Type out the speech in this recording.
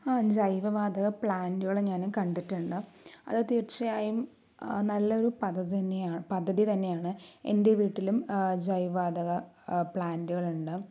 ആ ജൈവവാതക പ്ലാന്റുകൾ ഞാൻ കണ്ടിട്ടുണ്ട് അത് തീർച്ചയായും നല്ലൊരു പദ്ധതി തന്നെ പദ്ധതി തന്നെയാണ് എൻ്റെ വീട്ടിലും ആ ജൈവവാതക പ്ലാന്റുകളുണ്ട്